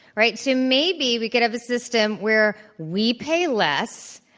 right? so maybe we could have a system where we pay less,